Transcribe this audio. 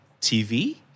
TV